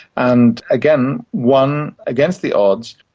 and again won against the odds.